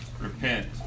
Repent